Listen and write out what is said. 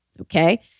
okay